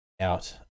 out